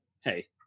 hey